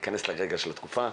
ניכנס לרגע לתקופה,